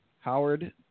Howard